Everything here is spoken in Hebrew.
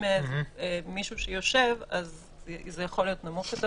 אם מישהו יושב, זה יכול להיות נמוך יותר.